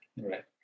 right